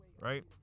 Right